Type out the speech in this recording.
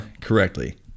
correctly